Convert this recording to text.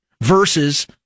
Versus